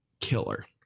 killer